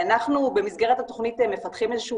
אנחנו במסגרת התכנית מפתחים איזה שהוא